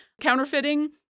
counterfeiting